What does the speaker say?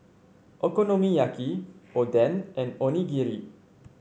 Okonomiyaki Oden and Onigiri